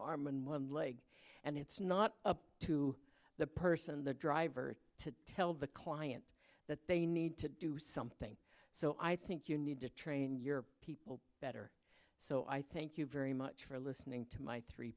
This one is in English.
arm and one leg and it's not up to the person the driver to tell the client that they need to do something so i think you need to train your people better so i thank you very much for listening to my three